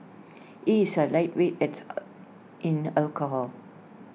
he is A lightweight at in alcohol